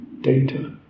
data